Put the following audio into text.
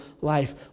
life